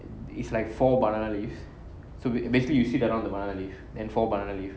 is like four banana leaves so we basically you sit around the banana leaf then four banana leaf